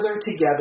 together